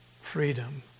freedom